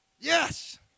Yes